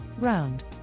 round